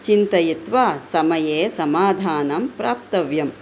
चिन्तयित्वा समये समाधानं प्राप्तव्यम्